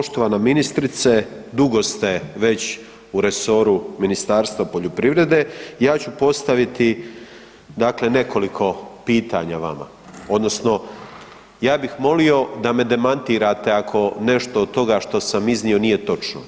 Poštovana ministrice, dugo ste već u resoru Ministarstva poljoprivrede, ja ću postaviti dakle nekoliko pitanja vama odnosno ja bih molio da me demantirate ako nešto od toga što sam iznio nije točno.